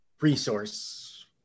resource